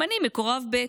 ממנים מקורב ב'.